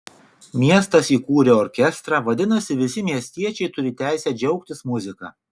miestas įkūrė orkestrą vadinasi visi miestiečiai turi teisę džiaugtis muzika